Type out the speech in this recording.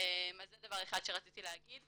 זה דבר אחד שרציתי להגיד.